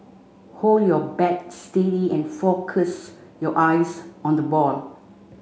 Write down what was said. hold your bat steady and focus your eyes on the ball